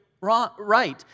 right